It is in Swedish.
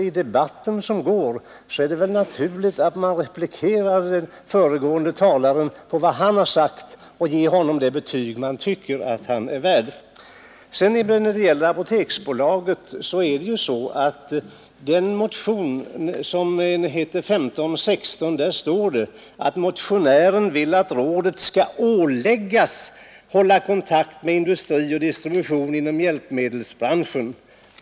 I debatten är det väl naturligt att man replikerar på vad föregående talare har sagt och ger honom det betyg man tycker att han är värd. När det gäller Apoteksbolaget står det i motionen 1516 att motionären vill att rådet skall åläggas hålla kontakt med industri och distribution inom hjälpmedelsbranschen.